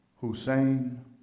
Hussein